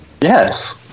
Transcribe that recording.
Yes